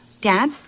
Dad